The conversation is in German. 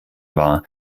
war